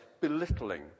belittling